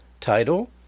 Title